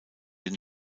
den